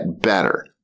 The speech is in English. better